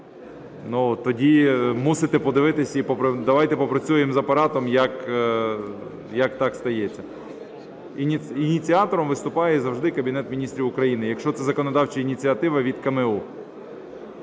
Тоді мусите подивитись, і давайте попрацюємо з Апаратом як так стається. Ініціатором виступає завжди Кабінет Міністрів України, якщо це законодавча ініціатива від КМУ.